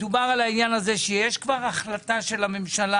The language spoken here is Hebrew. מדובר על העניין הזה שיש כבר החלטה של הממשלה